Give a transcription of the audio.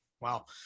Wow